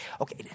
okay